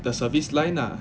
the service line lah